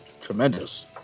Tremendous